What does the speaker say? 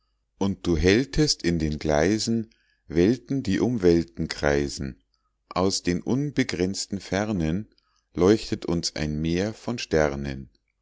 und du hältest in den gleisen welten die um welten kreisen aus den unbegrenzten fernen leuchtet uns ein meer von sternen